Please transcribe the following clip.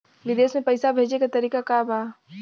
विदेश में पैसा भेजे के तरीका का बा?